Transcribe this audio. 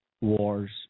wars